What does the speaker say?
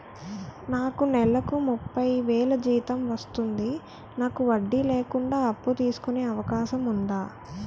నాకు నేలకు ముప్పై వేలు జీతం వస్తుంది నాకు వడ్డీ లేకుండా అప్పు తీసుకునే అవకాశం ఉందా